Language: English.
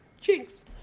Jinx